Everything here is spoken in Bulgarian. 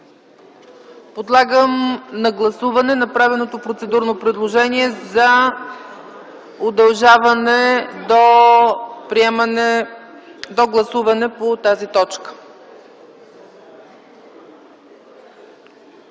Подлагам на гласуване направеното процедурно предложение за удължаване на работното време до гласуване по тази точка.